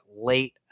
late